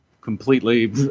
completely